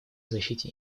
защите